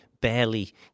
barely